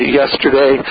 yesterday